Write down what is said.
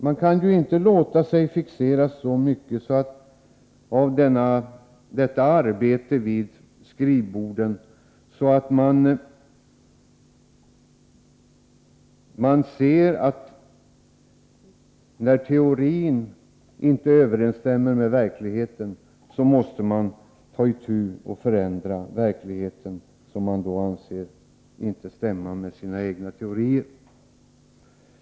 Man får inte låsa sig så vid de bedömningar man gör vid skrivbordet att man, när man ser att teorin inte överensstämmer med verkligheten, försöker ändra verkligheten i stället för teorierna.